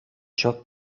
ciò